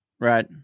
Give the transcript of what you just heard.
Right